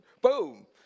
boom